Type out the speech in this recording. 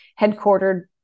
headquartered